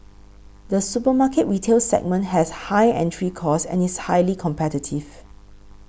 the supermarket retail segment has high entry costs and is highly competitive